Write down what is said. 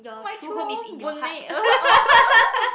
my true home Boon-Lay